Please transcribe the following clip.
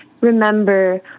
remember